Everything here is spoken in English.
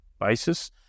basis